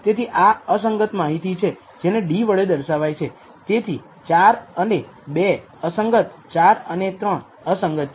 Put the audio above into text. તેથી આ અસંગત માહિતી છે જેને D વડે દર્શાવાય છે તેથી 4 અને 2 અસંગત 4 અને 3 અસંગત છે